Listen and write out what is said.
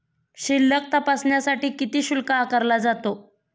शिल्लक तपासण्यासाठी किती शुल्क आकारला जातो?